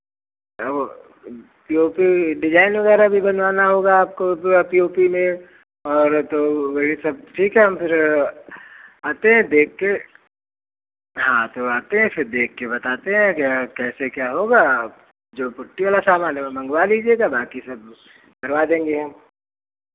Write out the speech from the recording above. ह वो P O P design वगैरह भी बनवाना होगा आपको पी ओ पी में और तो वही सब ठीक है हम फिर आते हैं देखके हाँ तो आते हैं फिर देख के बताते हैं क्या कैसे क्या होगा अब जो पुट्टी वाला सामान है वो मँगवा लीजिएगा बाँकी सब करवा देंगे हम